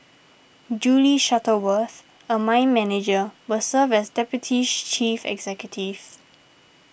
Julie Shuttleworth a mine manager will serve as deputies chief executive